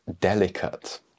delicate